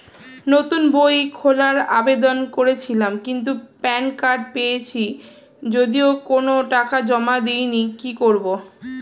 নতুন বই খোলার আবেদন করেছিলাম কিন্তু প্যান কার্ড পেয়েছি যদিও কোনো টাকা জমা দিইনি কি করব?